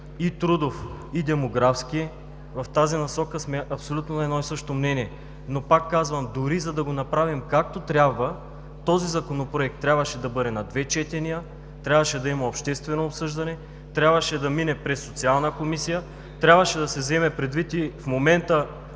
и трудов, и демографски. В тази насока сме абсолютно на едно и също мнение, но пак казвам, за да го направим както трябва, този Законопроект трябваше да бъде на две четения, трябваше да има обществено обсъждане, трябваше да мине през Социалната комисия, трябваше да се вземе предвид и